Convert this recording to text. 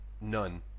none